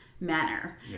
manner